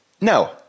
no